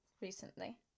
recently